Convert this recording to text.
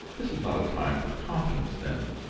this is not a time for confidences then?